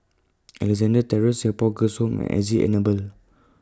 Alexandra Terrace Singapore Girls' Home and S G Enable